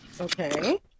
Okay